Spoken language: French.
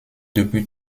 depuis